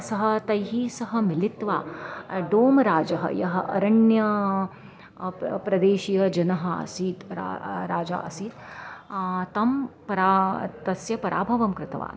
सः तैः सह मिलित्वा डोमराजः यः अरण्यप्रदेशीयजनः आसीत् रा राजा आसीत् तं परा तस्य पराभवं कृतवान्